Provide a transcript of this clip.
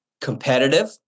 Competitive